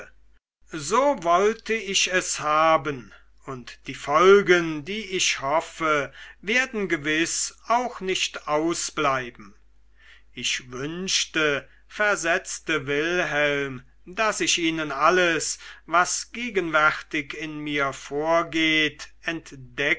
so wollte ich es haben und die folgen die ich hoffe werden gewiß auch nicht ausbleiben ich wünschte versetzte wilhelm daß ich ihnen alles was gegenwärtig in mir vorgeht